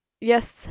yes